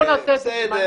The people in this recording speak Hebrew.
בואו נעשה את זה זמני.